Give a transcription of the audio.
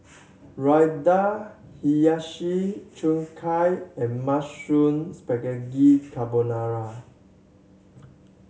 Raita Hiyashi Chuka and Mushroom Spaghetti Carbonara